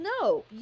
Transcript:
no